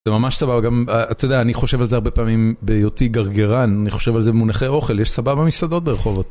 זה ממש סבבה, גם אתה יודע, אני חושב על זה הרבה פעמים ביותי גרגרן, אני חושב על זה במונחי אוכל, יש סבבה מסעדות ברחובות.